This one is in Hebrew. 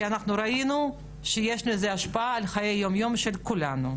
אנחנו ראינו שיש לזה השפעה על חיי היום יום של כולנו.